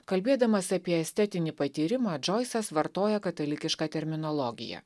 kalbėdamas apie estetinį patyrimą džoisas vartoja katalikišką terminologiją